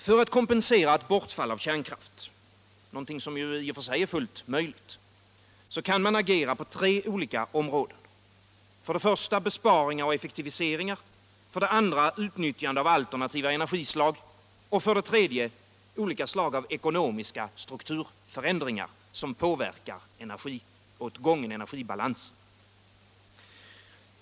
För att kompensera eu bortfall av kärnkraft — någonting som ju i och för sig är fullt möjligt — kan man agera på tre olika områden: för det första besparingar och effektuiviseringar, för det andra utnyttjande av ulternativa encergislag och för det tredje olika slag av ekonomiska strukturförändringar som påverkar energiåtgången och energibalansen.